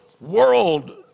world